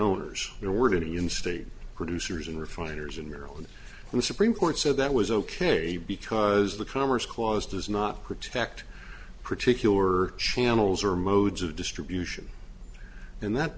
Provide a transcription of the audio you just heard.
donors there weren't any in state producers and refiners in maryland and the supreme court said that was ok because the commerce clause does not protect particular channels or modes of distribution and that